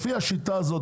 לפי השיטה הזאת,